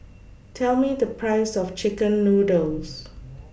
Tell Me The Price of Chicken Noodles